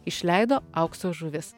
išleido aukso žuvys